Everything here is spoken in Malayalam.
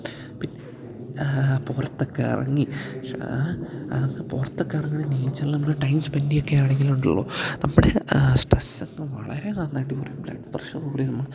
പിന്നെ പുറത്തെക്കെ ഇറങ്ങി നമ്മൾക്ക് പുറത്തെക്ക ഇറങ്ങണെങ്കിൽ നേച്ചറിൽ നമ്മൾ ടൈം സ്പെൻ്റ് ചെയ്യൊക്കെ ആണെങ്കിൽ ഉണ്ടല്ലോ നമ്മുടെ സ്ട്രെസ്സൊക്കെ വളരെ നന്നായിട്ട് കുറയും ബ്ലഡ് പ്രഷറ് കൂടി ചുമ്മ